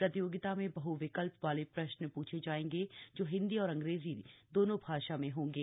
प्रतियोगिता में बह विकल्प वाले प्रश्न प्छे जाएंगे जो हिंदी और अंग्रेजी दोनों भाषा में होंगे